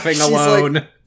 alone